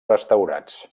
restaurats